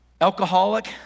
alcoholic